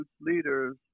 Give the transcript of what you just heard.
leaders